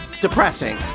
depressing